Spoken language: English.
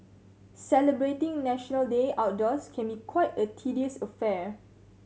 celebrating National Day outdoors can be quite a tedious affair